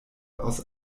aus